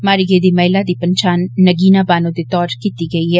मारे गेदी महिला दी पंछान नगीना बानो दे तौरा पर कीती गेई ऐ